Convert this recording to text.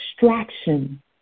distraction